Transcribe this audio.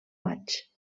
maig